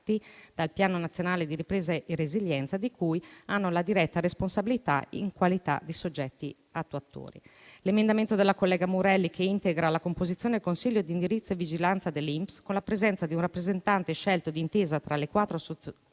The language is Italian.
dal Piano nazionale di ripresa e resilienza, di cui hanno la diretta responsabilità in qualità di soggetti attuatori. L'emendamento 17.0.35 della collega Murelli integra la composizione del consiglio di indirizzo e vigilanza dell'INPS con la presenza di un rappresentante scelto d'intesa tra le quattro associazioni